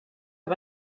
auf